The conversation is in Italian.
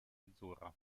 azzurra